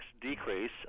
decrease